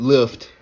Lift